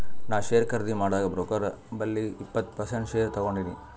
ನಾ ಶೇರ್ ಖರ್ದಿ ಮಾಡಾಗ್ ಬ್ರೋಕರ್ ಬಲ್ಲಿ ಇಪ್ಪತ್ ಪರ್ಸೆಂಟ್ ಶೇರ್ ತಗೊಂಡಿನಿ